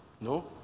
No